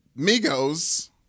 Migos